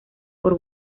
por